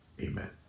Amen